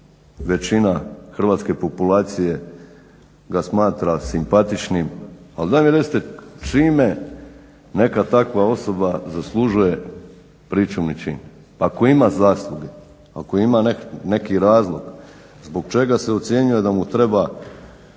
većina hrvatske populacije ga smatra simpatičnim, ali daj mi recite čime neka takva osoba zaslužuje pričuvni čin? Ako ima zasluge, ako ima neki razlog zbog čega se ocjenjuje da mu treba